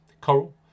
Coral